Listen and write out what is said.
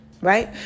right